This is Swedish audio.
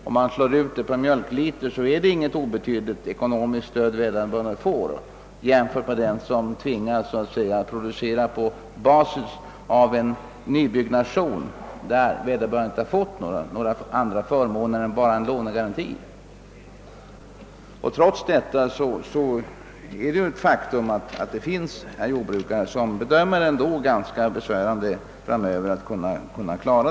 Om man slår ut stödet på mjölklitern är det inte så obetydligt jämfört med vad den får som producerar på basis av en nybyggnation, där vederbörande inte har fått några andra förmåner än en lånegaranti. Trots detta är det ju ett faktum att det finns KR-jordbrukare som bedömer att det blir ganska svårt att klara sig fram över.